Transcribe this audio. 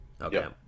okay